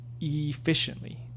efficiently